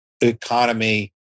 economy